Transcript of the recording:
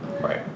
Right